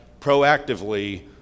proactively